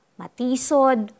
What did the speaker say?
matisod